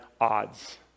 odds